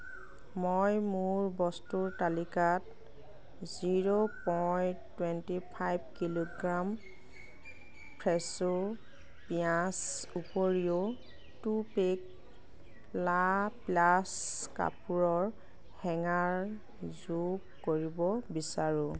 মই মোৰ বস্তুৰ তালিকাত zero point twenty five kilogram ফ্ৰেছো পিঁয়াজ উপৰিও টু পেক লাপ্লাষ্ট কাপোৰৰ হেঙাৰ যোগ কৰিব বিচাৰোঁ